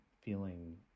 feeling